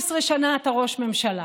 11 שנה אתה ראש ממשלה.